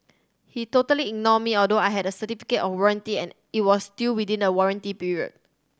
he totally ignored me although I had a certificate on warranty and it was still within a warranty period